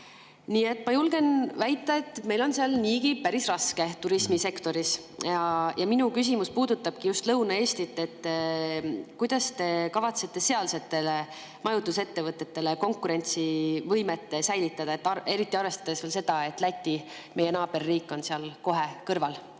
ma julgen väita, et meie turismisektoril on seal niigi päris raske. Ja minu küsimus puudutabki just Lõuna-Eestit. Kuidas te kavatsete sealsete majutusettevõtete konkurentsivõimet säilitada, eriti arvestades seda, et Läti, meie naaberriik, on seal kohe kõrval?